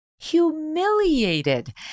humiliated